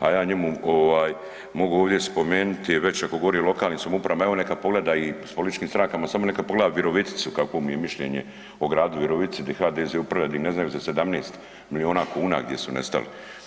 a ja njemu ovaj mogu ovdje spomenuti već ako govori o lokalnim samoupravama, evo neka pogleda i s političkim strankama, samo neka pogleda Viroviticu, kakvo mu je mišljenje o gradu Virovitici di HDZ upravlja, di ne znaju za 17 milijuna kuna gdje su nestali.